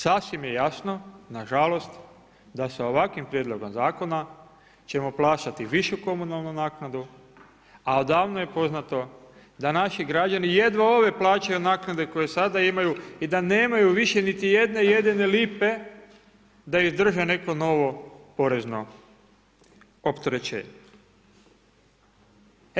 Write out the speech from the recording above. Sasvim je jasno, nažalost da sa ovakvim prijedlogom zakona ćemo plaćati višu komunalnu naknadu, a odavno je poznato da naši građani jedva ove plaćaju naknade koje sada imaju i da nemaju više niti jedne jedine lipe da izdrže neko novo porezno opterećenje.